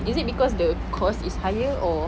is it because the cost is higher or